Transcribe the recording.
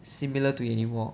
similar to it anymore